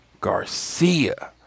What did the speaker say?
Garcia